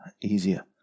easier